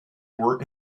were